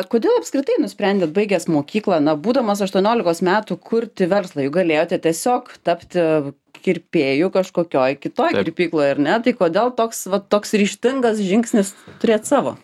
kodėl apskritai nusprendėt baigęs mokyklą na būdamas aštuoniolikos metų kurti verslą juk galėjote tiesiog tapti kirpėju kažkokioj kitoj kirpykloj ar ne tai kodėl toks va toks ryžtingas žingsnis turėt savo